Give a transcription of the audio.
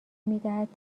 میدهد